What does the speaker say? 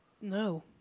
No